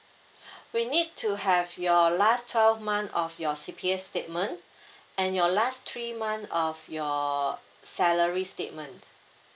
we need to have your last twelve month of your C_P_F statement and your last three month of your salary statement